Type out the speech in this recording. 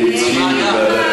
הציעו בוועדת